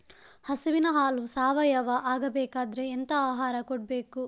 ಹಸುವಿನ ಹಾಲು ಸಾವಯಾವ ಆಗ್ಬೇಕಾದ್ರೆ ಎಂತ ಆಹಾರ ಕೊಡಬೇಕು?